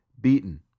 beaten